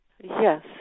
Yes